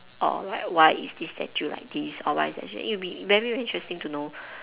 or like why is this statue like this or why is that it will be very very interesting to know